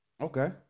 Okay